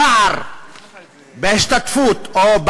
הפער בהשתתפות, או,